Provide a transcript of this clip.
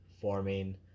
forming